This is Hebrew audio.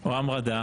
או המרדה,